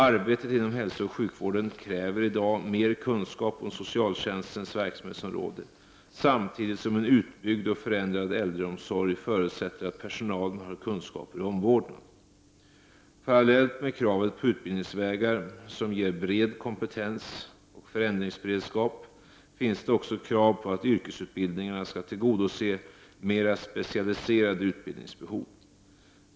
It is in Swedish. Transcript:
Arbete inom hälsooch sjukvården kräver i dag mer kunskap om socialtjänstens verksamhetsområde samtidigt som en utbyggd och förändrad äldreomsorg förutsätter att personalen har kunskaper i omvårdnad. Parallellt med kravet på utbildningsvägar som ger bred kompetens och förändringsberedskap finns det också krav på att yrkesutbildningarna skall tillgodose mera specialiserade utbildningsbehov.